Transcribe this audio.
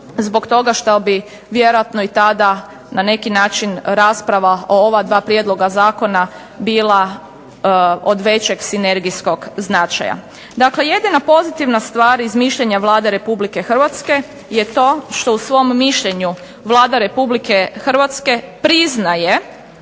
zbog toga što bi vjerojatno i tada na neki način rasprava o ova dva prijedloga zakona bila od većeg sinergijskog značaja. Dakle, jedina pozitivna stvar iz mišljenja Vlade Republike Hrvatske je to što u svom mišljenju Vlada Republike Hrvatske priznaje